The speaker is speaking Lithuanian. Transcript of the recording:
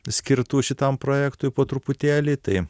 skirtų šitam projektui po truputėlį tai